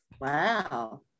Wow